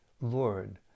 Lord